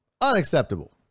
Unacceptable